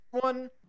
one